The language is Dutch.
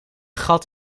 gat